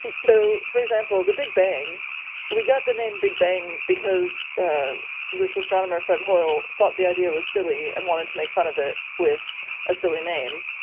so, for example, the big bang we got the name big bang because this astronomer fred hoyle thought the idea was silly and wanted to make fun of it with a silly name.